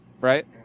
right